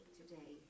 today